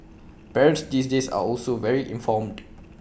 parents these days are also very informed